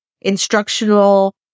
instructional